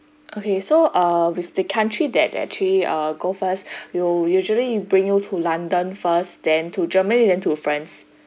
okay so uh with the country that that three ah go first you usually bring you to london first then to germany then to france